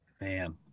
Man